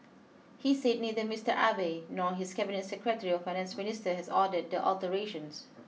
he said neither Mister Abe nor his cabinet secretary or finance minister has ordered the alterations